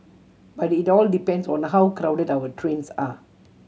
but it all depends on how crowded our trains are